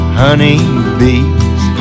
honeybees